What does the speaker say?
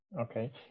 Okay